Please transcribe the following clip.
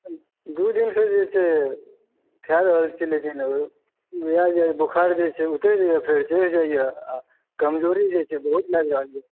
दू दिन से जे छै खाय रहल छी लेकिन वएह जे छै बुखार उतरि जाइया लेकिन फेर चढ़ि जाइया आ कमजोरी जे छै बहुत लागि रहल अहि